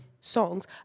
songs